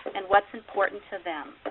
and what's important to them.